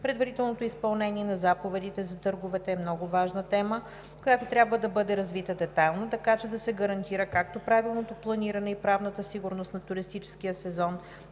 Предварителното изпълнение на заповедите за търговете е много важна тема, която трябва да бъде развита детайлно, така че да се гарантира както правилното планиране и правната сигурност на туристическия сезон,